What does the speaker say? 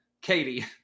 Katie